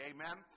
Amen